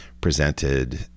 presented